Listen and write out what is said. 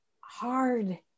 hard